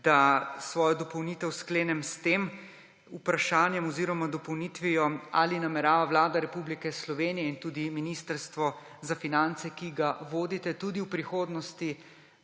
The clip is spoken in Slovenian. da svojo dopolnitev sklenem s tem vprašanjem oziroma dopolnitvijo: Ali namerava Vlada Republike Slovenije in tudi Ministrstvo za finance, ki ga vodite, tudi v prihodnosti